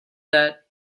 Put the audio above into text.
that